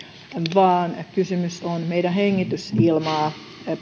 vaan kysymys on meidän hengitysilmaamme